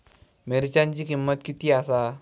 मिरच्यांची किंमत किती आसा?